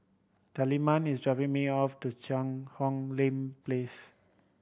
Tilman is dropping me off to Cheang Hong Lim Place